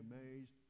amazed